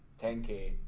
10K